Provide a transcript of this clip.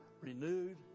renewed